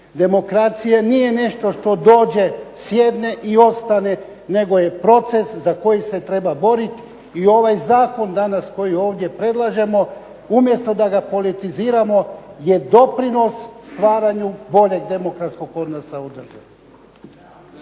Demokracija nije nešto što dođe, sjedne i ostane nego je proces za koji se treba boriti. I ovaj zakon danas koji ovdje predlažemo umjesto da ga politiziramo je doprinos stvaranju boljeg demokratskog odnosa u državi.